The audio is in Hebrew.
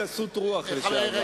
השר לענייני גסות רוח לשעבר.